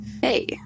Hey